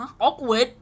Awkward